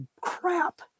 crap